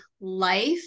life